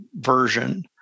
version